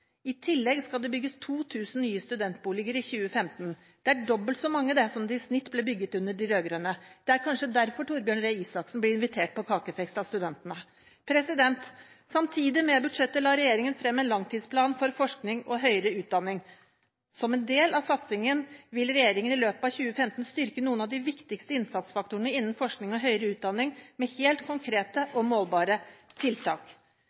I tillegg skal det bygges 2 000 nye studentboliger i 2015. Det er dobbelt så mange som det i snitt ble bygget under de rød-grønne. Det er kanskje derfor statsråd Torbjørn Røe Isaksen blir invitert på kakefest av studentene. Samtidig med budsjettet la regjeringen frem en langtidsplan for forskning og høyere utdanning. Som en del av satsingen vil regjeringen i løpet av 2015 styrke noen av de viktigste innsatsfaktorene innen forskning og høyere utdanning med helt konkrete og målbare tiltak